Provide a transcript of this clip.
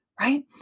right